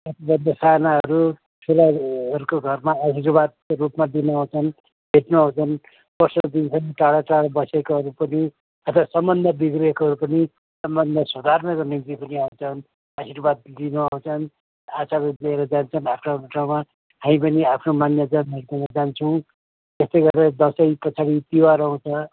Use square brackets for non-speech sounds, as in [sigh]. [unintelligible] सानाहरू ठुलाहरूको घरमा आशीर्वादको रूपमा दिनु आउँछन् भेट्नु आउँछन् वर्ष दिनसम्म टाढाटाढामा बसेकाहरू पनि आज सम्बन्ध बिग्रेकाहरू पनि सम्बन्ध सुधार्नका निम्ति पनि आउँछन् आशीर्वाद लिनु आउँछन् आशीर्वाद लिएर जान्छन् आफ्आफ्नो ठाउँमा हामी पनि आफ्नो मान्यजनहरूकोमा जान्छौँ त्यस्तै गरेर दसैँ पछाडि तिहार आउँछ